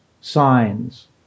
signs